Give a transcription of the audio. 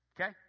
Okay